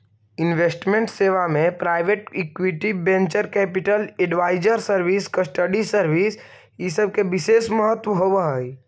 investment सेवा में private equity, venture capital, advisory service, custody service इ सब के विशेष महत्व होवऽ हई